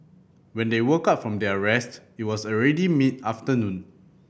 when they woke up from their rest it was already mid afternoon